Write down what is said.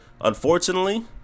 unfortunately